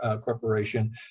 corporation